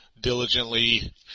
diligently